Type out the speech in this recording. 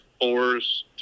fours